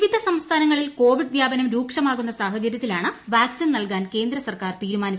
വിവിധ സംസ്ഥാനങ്ങളിൽ കോവിഡ് വ്യാപനം വീണ്ടും രൂക്ഷമാകുന്ന സാഹചര്യത്തിലാണ് വാക്സിൻ നൽകാൻ കേന്ദ്ര സർക്കാർ തീരുമാനിച്ചത്